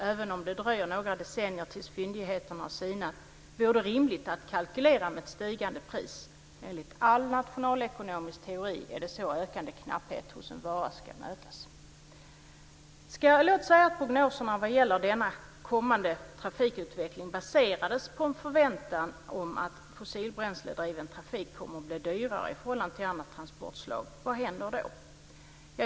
Även om det dröjer några decennier tills fyndigheterna sinat vore det rimligt att kalkylera med ett stigande pris. Enligt all nationalekonomisk teori är det så ökande knapphet hos en vara ska mötas. Låt oss säga att prognoserna vad gäller denna kommande trafikutveckling baserades på en förväntan om att fossilbränseldriven trafik kommer att bli dyrare i förhållande till andra transportslag. Vad händer då?